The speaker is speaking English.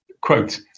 Quote